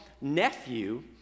nephew